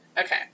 Okay